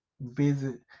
visit